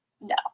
No